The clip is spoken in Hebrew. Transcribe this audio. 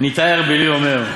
"ניתאי הארבלי אומר: